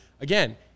again